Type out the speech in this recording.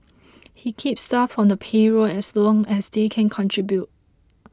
he keeps staff on the payroll as long as they can contribute